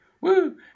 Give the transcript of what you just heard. Woo